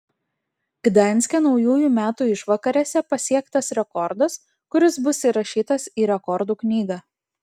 gdanske naujųjų metų išvakarėse pasiektas rekordas kuris bus įrašytas į rekordų knygą